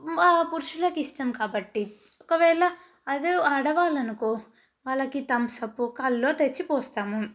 పురుషులకి ఇష్టం కాబట్టి ఒకవేళ అదే ఆడవాళ్ళు అనుకో వాళ్ళకి థమ్స్అప్పో కల్లు తెచ్చిపోస్తాము